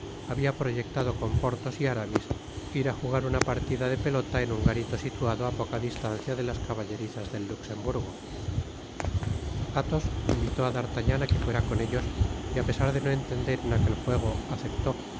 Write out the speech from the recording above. habia proyectado con porthos y aramis ir á jugar una partida de pelota en un garito situado á poca distancia de las caballerizas del luxemburgo athos invitó á d'artagnan á que fuera con ellos y pesar de no entender en aquel juego aceptó no